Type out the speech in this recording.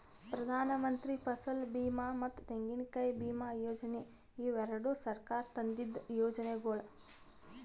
ಪ್ರಧಾನಮಂತ್ರಿ ಫಸಲ್ ಬೀಮಾ ಮತ್ತ ತೆಂಗಿನಕಾಯಿ ವಿಮಾ ಯೋಜನೆ ಇವು ಎರಡು ಸರ್ಕಾರ ತಂದಿದ್ದು ಯೋಜನೆಗೊಳ್